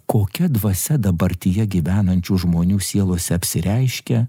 kokia dvasia dabartyje gyvenančių žmonių sielose apsireiškia